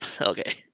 Okay